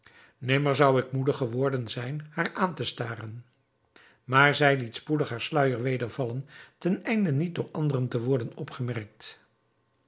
nimmer zou ik moede geworden zijn haar aan te staren maar zij liet spoedig haren sluijer weder vallen ten einde niet door anderen te worden opgemerkt